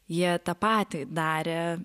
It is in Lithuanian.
jie tą patį darė